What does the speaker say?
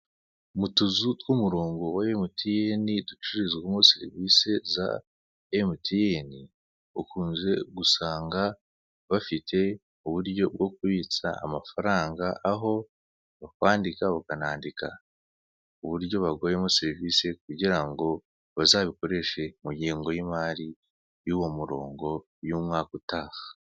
Mu tuzu tw'umurongo wa emutiyeni ducururizwamo serivise za emutiyeni, ukunze gusanga bafite uburyo bwo kubitsa amafaranga aho bakwandika bakanandika uburyo baguhayemo serivise. Kugirango bazabikoreshe mu ngengo y'imari y'uwo murongo y'umwaka utaha.